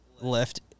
left